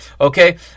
Okay